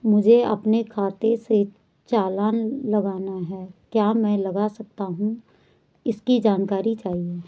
मुझे अपने खाते से चालान लगाना है क्या मैं लगा सकता हूँ इसकी जानकारी चाहिए?